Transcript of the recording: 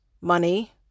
money